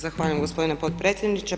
Zahvaljujem gospodine potpredsjedniče.